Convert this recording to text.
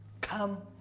Come